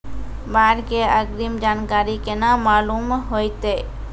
बाढ़ के अग्रिम जानकारी केना मालूम होइतै?